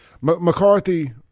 McCarthy